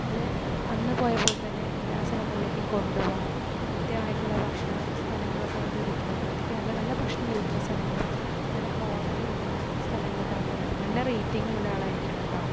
അയാൾ അന്ന് പോയത് പോലെ തന്നെ എല്ലാ സ്ഥലങ്ങളിലേക്കും കൊണ്ടുപോവണം കൃത്യമായിട്ടുള്ള ഭക്ഷണ സ്ഥലങ്ങളൊക്കെ നമുക്ക് കിട്ടണം വൃത്തിക്ക് നല്ല ഭക്ഷണം ലഭിക്കുന്ന സ്ഥലങ്ങളും നല്ല ഹോട്ടൽ കിട്ടുന്ന സ്ഥലങ്ങളൊക്കെ അയാൾക്കറിയണം നല്ല റേറ്റിങ്ങ് ഉള്ള ഒരു ആൾ ആയിരിക്കണം കേട്ടോ